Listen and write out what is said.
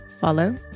follow